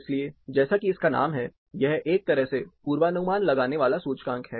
इसलिए जैसा कि इसका नाम है यह एक तरह का पूर्वानुमान लगाने वाला सूचकांक है